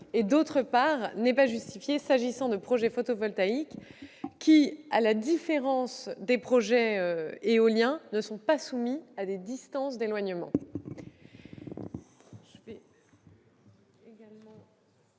; d'autre part, il n'est pas justifié s'agissant de projets photovoltaïques, qui, à la différence des projets éoliens, ne sont pas soumis à des distances d'éloignement.